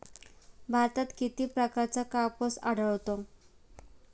भारतात किती प्रकारचा कापूस आढळतो?